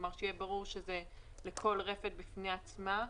כלומר שיהיה ברור שזה לכל רפת בפני עצמה?